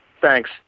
Thanks